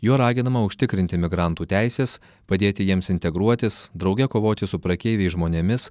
juo raginama užtikrinti migrantų teises padėti jiems integruotis drauge kovoti su prekeiviais žmonėmis